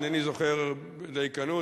אינני זוכר בדייקנות,